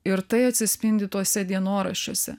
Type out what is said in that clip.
ir tai atsispindi tuose dienoraščiuose